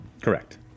correct